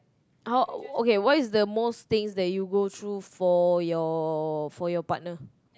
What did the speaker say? oh okay what is the most things that you go through for your for your partner